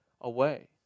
away